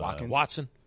Watson